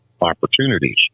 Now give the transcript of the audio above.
opportunities